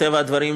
מטבע הדברים,